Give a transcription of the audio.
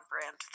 brand